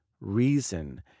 reason